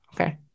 Okay